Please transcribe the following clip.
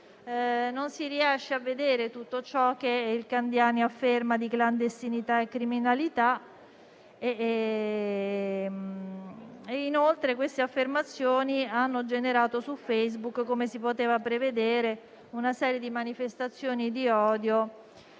non si riesce a vedere tutto ciò che Candiani afferma facendo riferimento a clandestinità e criminalità. Inoltre, queste affermazioni hanno generato su Facebook, come si poteva prevedere, una serie di manifestazioni di odio